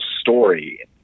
story